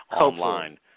online